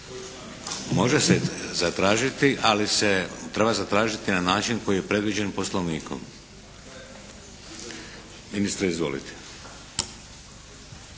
Može se zatražiti ali se treba zatražiti na način koji je predviđen Poslovnikom. Ministre izvolite.